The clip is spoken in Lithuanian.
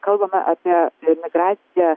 kalbame apie emigraciją